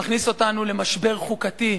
מכניס אותנו למשבר חוקתי,